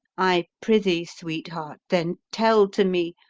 i prythee, sweet-heart, then tell to mee,